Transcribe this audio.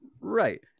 Right